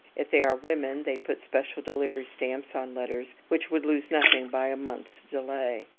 if they are women, they put special delivery stamps on letters which would lose nothing by a month's delay.